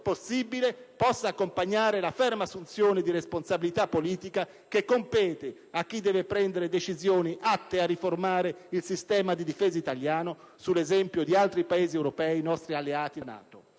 possibile possa accompagnare la ferma assunzione di responsabilità politica che compete a chi deve prendere decisioni atte a riformare il sistema di difesa italiano, sull'esempio di altri Paesi europei nostri alleati nella NATO.